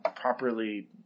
properly